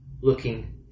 looking